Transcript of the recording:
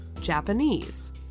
Japanese